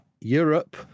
Europe